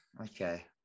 Okay